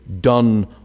done